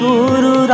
Guru